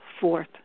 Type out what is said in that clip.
Fourth